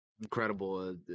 incredible